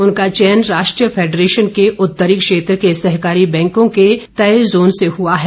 उनका चयन राष्ट्रीय फैंडरेशन के उत्तरी क्षेत्र के सहकारी बैंकों के तय जोन से हुआ है